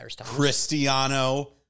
Cristiano